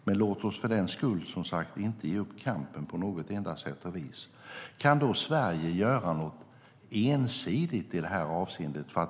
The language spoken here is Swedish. Men låt oss för den skull inte ge upp kampen på något enda sätt och vis. Jens Holm frågade om Sverige kan göra något ensidigt i det här avseendet.